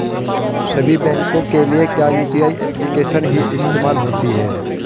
सभी बैंकों के लिए क्या यू.पी.आई एप्लिकेशन ही इस्तेमाल होती है?